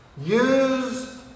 use